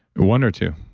one or two?